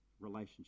relationship